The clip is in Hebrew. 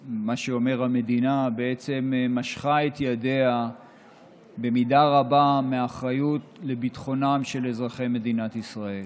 המדינה משכה את ידיה במידה רבה מאחריות לביטחונם של אזרחי מדינת ישראל.